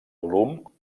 volum